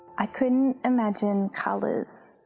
i couldn't imagine colours.